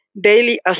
daily